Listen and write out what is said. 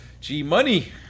G-Money